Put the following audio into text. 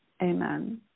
amen